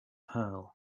pearl